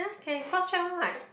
can cross check one what